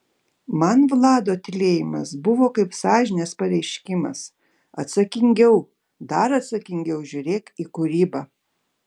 man vlado tylėjimas buvo kaip sąžinės pareiškimas atsakingiau dar atsakingiau žiūrėk į kūrybą